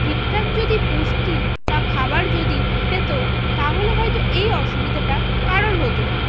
ঠিকঠাক যদি পুষ্টি বা খাবার যদি পেতো তাহলে হয়তো এই অসুবিধাটা কারোর হতো না